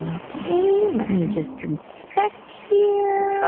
ok. let me just inspect here.